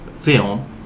film